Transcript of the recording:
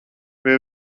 pie